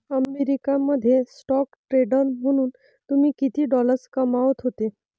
America मध्ये stock trader म्हणून तुम्ही किती डॉलर्स कमावत होते